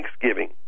thanksgiving